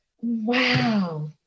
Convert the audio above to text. wow